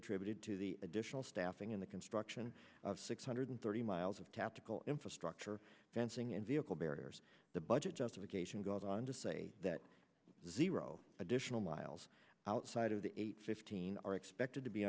attributed to the additional staffing in the construction of six hundred thirty miles of tactical infrastructure fencing and vehicle barriers the budget justification goes on to say that zero additional miles outside of the eight fifteen are expected to be